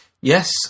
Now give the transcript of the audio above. Yes